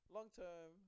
Long-term